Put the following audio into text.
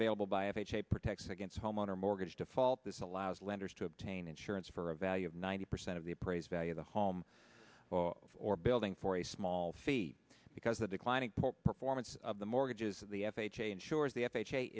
available by f h a protect against homeowner mortgage default this allows lenders to obtain insurance for a value of ninety percent of the appraised value of the home or building for a small feat because the declining performance of the mortgages of the f h a ensures the f h